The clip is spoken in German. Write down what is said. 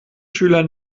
schüler